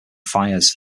fires